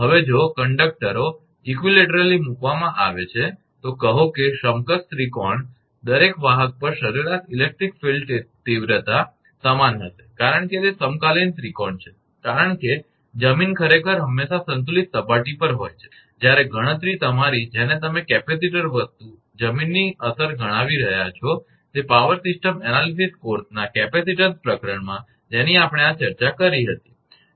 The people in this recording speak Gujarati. હવે જો કંડકટરો સમાનરૂપે મૂકવામાં આવે છે તો કહો કે સમકક્ષ ત્રિકોણ દરેક વાહક પર સરેરાશ ઇલેક્ટ્રિક ફિલ્ડ તીવ્રતા સમાન હશે કારણકે તે સમકાલીન ત્રિકોણ છે કારણ કે જમીન ખરેખર હંમેશાં સંતુલિત સપાટી પર હોય છે જ્યારે ગણતરી કમ્પ્યુટિંગ તમારી જેને તમે કેપેસિટર વસ્તુ જમીનની અસર ગણાવી રહ્યા છો તે પાવર સિસ્ટમ વિશ્લેષણ કોર્સના કેપેસિટીન્સ પ્રકરણમાં જેની આપણે આ ચર્ચા કરી હતી